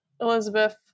Elizabeth